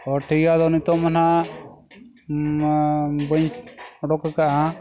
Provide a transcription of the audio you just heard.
ᱦᱳᱭ ᱴᱷᱤᱠ ᱜᱮᱭᱟ ᱟᱫᱚ ᱱᱤᱛᱳᱜ ᱢᱟ ᱱᱟᱦᱟᱜ ᱵᱟᱹᱧ ᱩᱰᱩᱠ ᱟᱠᱟᱫᱼᱟ